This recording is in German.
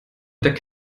deck